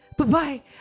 goodbye